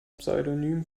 pseudonym